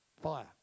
Fire